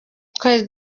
twari